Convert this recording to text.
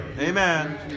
Amen